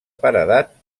paredat